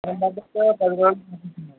అది పంపిస్తే పది రోజులు